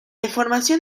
información